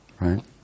right